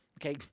okay